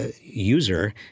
user